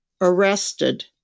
arrested